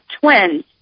twins